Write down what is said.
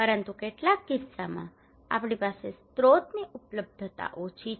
પરંતુ કેટલાક કિસ્સાઓમાં આપણી પાસે સ્રોતની ઉપલબ્ધતા ઓછી છે